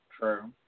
true